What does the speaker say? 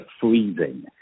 freezing